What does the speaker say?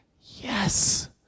Yes